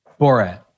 Borat